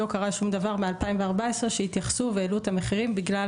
לא קרה שום דבר מ-2014 כשהתייחסו והעלו את המחירים בגלל